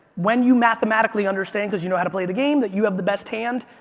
when you mathematically understand because you know how to play the game, that you have the best hand,